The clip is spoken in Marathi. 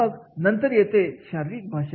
मग नंतर येते शारीरिक भाषा